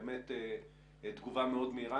באמת תגובה מאוד מהירה.